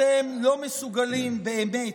אתם לא מסוגלים באמת,